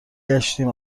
گشتیم